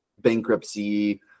bankruptcy